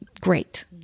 great